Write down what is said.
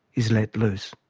is let loose.